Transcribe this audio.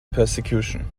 persecution